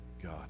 God